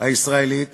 הישראלית